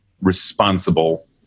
responsible